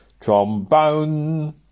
trombone